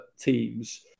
teams